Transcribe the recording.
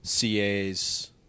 CAs